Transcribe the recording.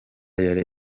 yari